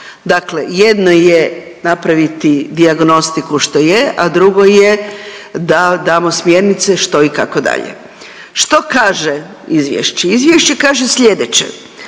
Dakle, jedno je napraviti dijagnostiku što je, a drugo je da damo smjernice što i kako dalje. Što kaže izvješće? Izvješće kaže sljedeće,